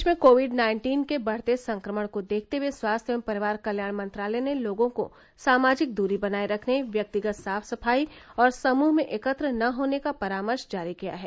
देश में COVID nineteen के बढ़ते संक्रमण को देखते हुए स्वास्थ्य एवं परिवार कल्याण मंत्रालय ने लोगों को सामाजिक दूरी बनाए रखने व्यक्तिगत साफ सफाई और समूह में एकत्र न होने का परामर्श जारी किया है